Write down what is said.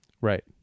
Right